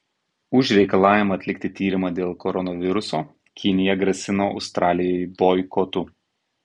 už reikalavimą atlikti tyrimą dėl koronaviruso kinija grasina australijai boikotu